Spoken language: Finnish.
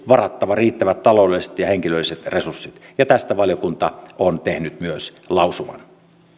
varattava riittävät taloudelliset ja henkilöstölliset resurssit ja tästä valiokunta on tehnyt myös lausuman